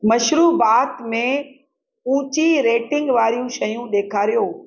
मशरूबाति में ऊची रेटिंग वारियूं शयूं ॾेखारियो